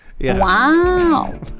Wow